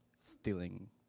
stealing